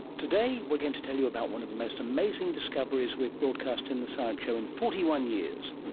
today we're going to tell you about one of the most amazing discoveries we've broadcast in the science show in forty one years.